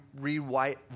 rewrite